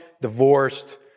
divorced